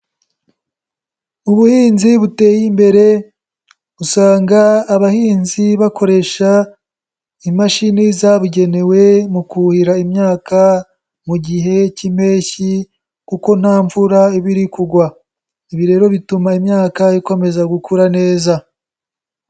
Ubuhinzi buteye imbere usanga abahinzi bakoresha imashini zabugenewe mu kuhira imyaka mu gihe cy'impeshyi kuko nta mvura iba iri kugwa, ibi rero bituma imyaka ikomeza gukura neza.